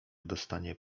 dostanie